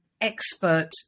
expert